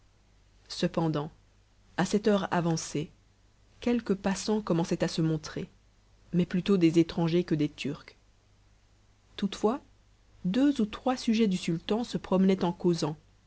cependant à cette heure avancée quelques passants commençaient à se montrer mais plutôt des étrangers que des turcs toutefois deux ou trois sujets du sultan se promenaient en causant